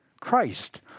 Christ